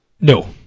No